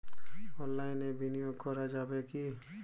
অনলাইনে বিনিয়োগ করা যাবে কি?